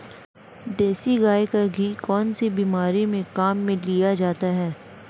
देसी गाय का घी कौनसी बीमारी में काम में लिया जाता है?